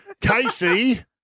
Casey